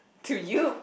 to you